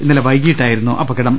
ഇന്നലെ വൈകീട്ടായിരുന്നു അപകടം